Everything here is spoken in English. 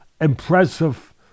impressive